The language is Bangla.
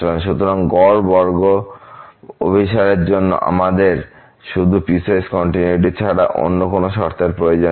সুতরাং গড় বর্গ অভিসারের জন্য আমাদের শুধু পিসওয়াইস কন্টিনিউয়িটি ছাড়া অন্য কোন শর্তের প্রয়োজন নেই